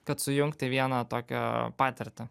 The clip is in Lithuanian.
kad sujungti į vieną tokią patirtį